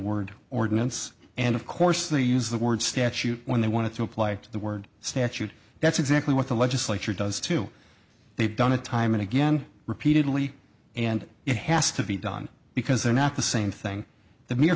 word ordinance and of course they use the word statute when they want to apply the word statute that's exactly what the legislature does too they've done it time and again repeatedly and it has to be done because they're not the same thing the mere